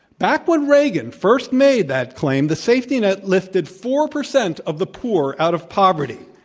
back when reagan first made that claim, the safety net listed four percent of the poor out of poverty.